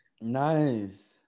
nice